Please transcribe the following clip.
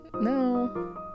no